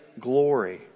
glory